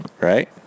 right